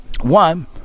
One